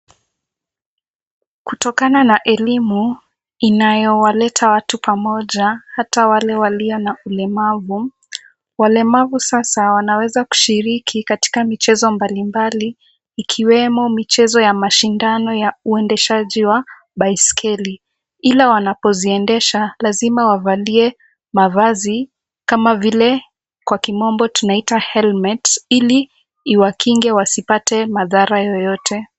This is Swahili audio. Kutokana na elimu inayowaleta watu pamoja, hata wale walio na ulemavu. Walemavu sasa wanaweza kushiriki katika michezo mbalimbali ikiwemo michezo ya mashindano ya uendeshaji wa baiskeli. Ila wanapoziendesha lazima wavalie mavazi kama vile, kwa kimombo tunaita helmet , ili iwakinge wasipate madhara yoyote.